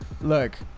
look